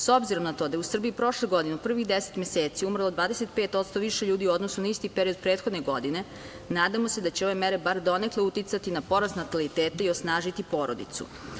S obzirom na to da je u Srbiji prošle godine u privih 10 mesecu umrlo 25% više ljudi u odnosu na isti period prethodne godine, nadamo se da će ove mere bar donekle uticati na porast nataliteta i osnažiti porodicu.